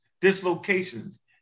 dislocations